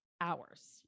hours